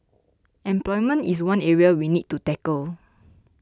employment is one area we need to tackle